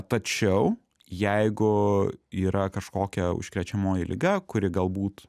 tačiau jeigu yra kažkokia užkrečiamoji liga kuri galbūt